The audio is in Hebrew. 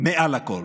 מעל הכול.